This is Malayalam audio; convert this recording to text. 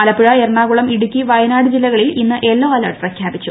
ആലപ്പുഴ എറണാകുളം ഇടുക്കി വയനാട് ജില്ലകളിൽ ഇന്ന് യെല്ലോ അലർട്ട് പ്രഖ്യാപിച്ചു